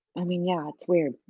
i mean yeah, it's weird,